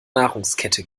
nahrungskette